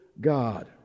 God